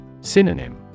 Synonym